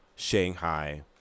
shanghai